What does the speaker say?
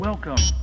Welcome